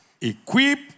equip